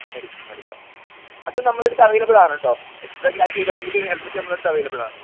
മേടിക്കണം മേടിക്കണം അത് നമ്മുടെ അടുത്ത് അവൈലബിൾ ആണ് ട്ടോ എക്സ്ട്രാ ക്യാഷ് തരുവാണെങ്കിൽ ഹെൽമറ്റ് നമ്മുടെ അടുത്ത് അവൈലബിൾ ആണ്